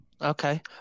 okay